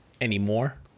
Anymore